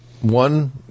one